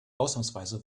ausnahmsweise